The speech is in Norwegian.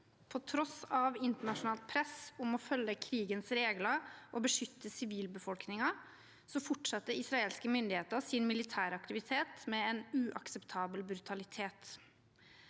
På tross av internasjo- nalt press om å følge krigens regler og beskytte sivilbefolkningen fortsetter israelske myndigheter sin militære aktivitet med en uakseptabel brutalitet.